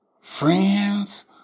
friends